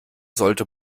sollte